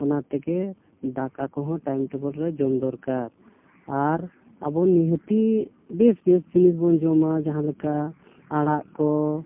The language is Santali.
ᱚᱱᱟ ᱛᱮᱜᱮ ᱫᱟᱠᱟ ᱠᱚᱦᱚᱸ ᱴᱟᱭᱤᱢ ᱴᱮᱵᱚᱞ ᱨᱮ ᱡᱚᱢ ᱫᱚᱨᱠᱟᱨ ᱟᱨ ᱟᱵᱚ ᱱᱤᱦᱟᱹᱛ ᱵᱮᱥᱼᱵᱮᱥ ᱡᱤᱱᱤᱥ ᱵᱚᱱ ᱡᱚᱢᱟ ᱡᱟᱦᱟᱸᱞᱮᱠᱟ ᱟᱲᱟᱜ ᱠᱚ